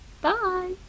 Bye